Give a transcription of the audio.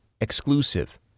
exclusive